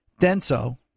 Denso